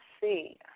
see